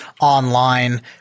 online